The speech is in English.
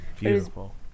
Beautiful